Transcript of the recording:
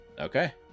Okay